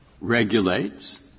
regulates